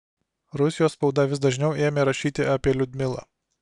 rusijos spauda vis dažniau ėmė rašyti apie liudmilą